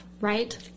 right